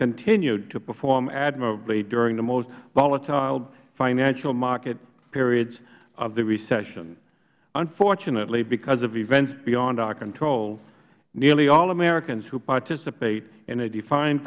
continued to perform admirably during the most volatile financial market periods of the recession unfortunately because of events beyond our control nearly all americans who participate in a defined